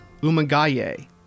Umagaye